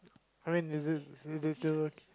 I mean is it did they do it